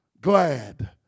glad